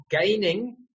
gaining